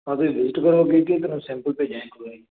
ਅਸੀਂ ਯੂਥ ਕਰੋਗੇ ਸਿੰਪਲ ਭੇਜਾ ਇਕ ਵਾਰੀ